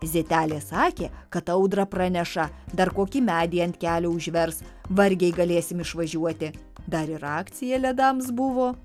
zitelė sakė kad audrą praneša dar kokį medį ant kelio užvers vargiai galėsim išvažiuoti dar ir akcija ledams buvo